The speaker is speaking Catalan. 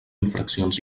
infraccions